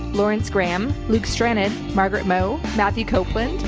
lawrence graham, luke stranded, margaret mo, matthew copeland,